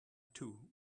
too